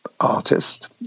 artist